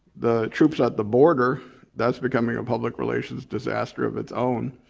the troops at the border that's becoming a public relations disaster of its own.